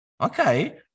okay